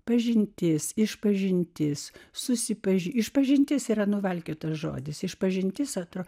pažintis išpažintis susipaži išpažintis yra nuvalkiotas žodis išpažintis ar tu